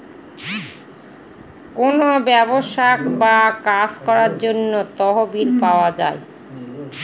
কোনো ব্যবসা বা কাজ করার জন্য তহবিল পাওয়া যায়